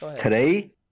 Today